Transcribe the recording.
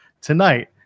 tonight